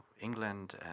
England